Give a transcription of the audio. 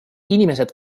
inimesed